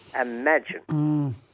imagine